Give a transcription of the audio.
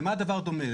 למה הדבר דומה?